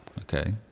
okay